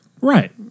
Right